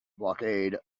blockade